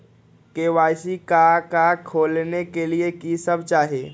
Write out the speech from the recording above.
KYC का का खोलने के लिए कि सब चाहिए?